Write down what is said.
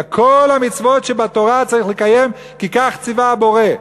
אלא כל המצוות שבתורה צריך לקיים כי כך ציווה הבורא.